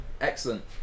Excellent